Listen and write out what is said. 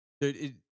dude